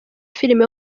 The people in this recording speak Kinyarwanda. filime